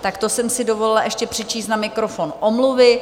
Tak to jsem si dovolila ještě přečíst na mikrofon omluvy.